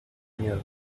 miedo